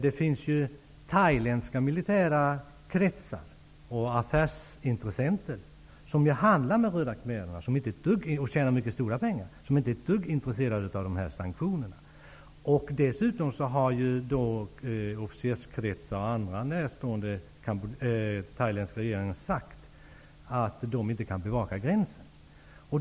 Det finns thailändska militära kretsar och affärsintressenter som handlar med khmererna och tjänar mycket stora pengar, och de är inte ett dugg intresserade av sanktionerna. Dessutom har officerskretsar och andra som står den thailändska regeringen nära sagt att de inte kan bevaka gränsen.